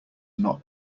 not